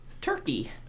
turkey